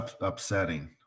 upsetting